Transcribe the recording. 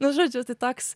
nu žodžiu tai toks